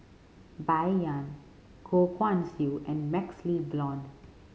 Bai Yan Goh Guan Siew and MaxLe Blond